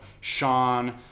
Sean